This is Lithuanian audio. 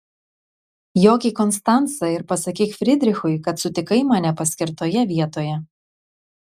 jok į konstancą ir pasakyk fridrichui kad sutikai mane paskirtoje vietoje